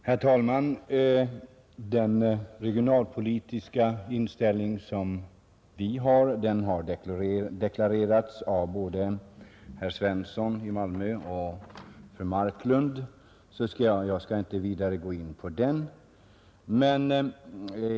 Herr talman! Vår regionalpolitiska inställning har deklarerats av både herr Svensson i Malmö och fru Marklund, och jag skall inte vidare gå in på den.